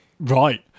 Right